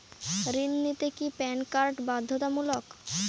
ঋণ নিতে কি প্যান কার্ড বাধ্যতামূলক?